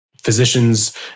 physicians